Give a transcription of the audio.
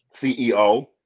CEO